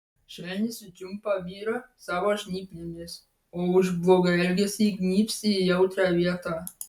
švelniai sučiumpa vyrą savo žnyplėmis o už blogą elgesį įgnybs į jautrią vietą